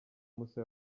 musa